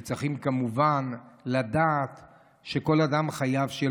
וצריכים כמובן לדעת שכל אדם חייב שיהיה